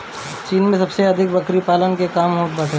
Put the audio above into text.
चीन में सबसे अधिक बकरी पालन के काम होत बाटे